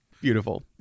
Beautiful